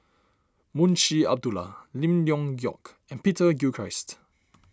Munshi Abdullah Lim Leong Geok and Peter Gilchrist